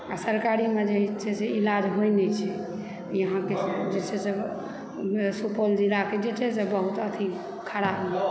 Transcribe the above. आ सरकारीमे जे छै से इलाज होय नहि छै ई अहाँकेँ जे छै से सुपौल जिलाके जे छै से बहुत अथी खराब